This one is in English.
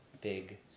big